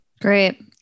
Great